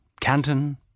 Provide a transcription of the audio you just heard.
Canton